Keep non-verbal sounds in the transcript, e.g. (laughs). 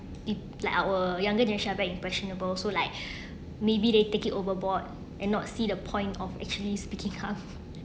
it like our younger generation ah very impressionable so like maybe they take it overboard and not see the point of actually speaking up (laughs)